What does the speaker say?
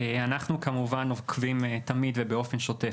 אנחנו כמובן עוקבים תמיד ובאופן שוטף